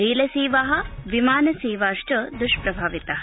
रेलसेवा विमानसेवाश्च द्ष्प्रभाविता